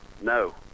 No